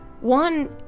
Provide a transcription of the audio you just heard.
one